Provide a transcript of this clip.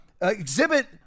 exhibit